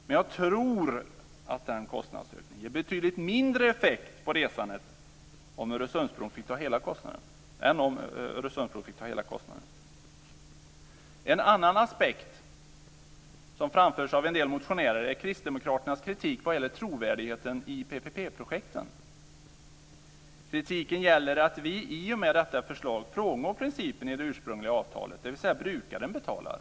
Men jag tror att den kostnadsökningen ger betydligt mindre effekt på resandet än om Öresundsbron fick ta hela kostnaden. En annan aspekt som framförs av en del motionärer är Kristdemokraternas kritik när det gäller trovärdigheten i PPP-projekten. Kritiken gäller att vi i och med detta förslag frångår principen i det ursprungliga avtalet, dvs. att brukaren betalar.